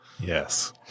yes